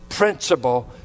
principle